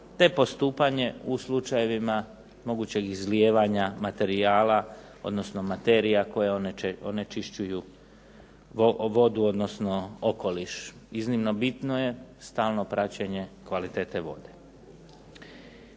te postupanje u slučajevima mogućeg izlijevanja materijala odnosno materija koje onečišćuju vodu, odnosno okoliš. Iznimno bitno je stalno praćenje kvalitete vode.